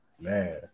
Man